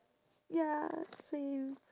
ya same